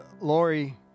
Lori